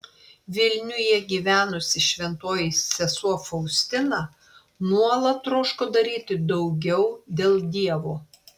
vilniuje gyvenusi šventoji sesuo faustina nuolat troško daryti daugiau dėl dievo